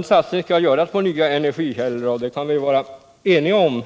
En satsning skall göras på nya energikällor. Vi kan vara eniga om